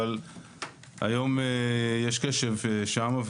היום יש קשב שמה,